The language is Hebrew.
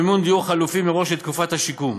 ובמימון דיור חלופי מראש לתקופת השיקום.